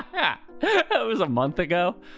yeah yeah was a month ago.